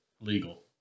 legal